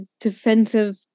defensive